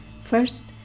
first